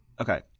Okay